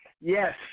Yes